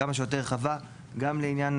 כמה שיותר רחבה גם לעניין